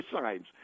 signs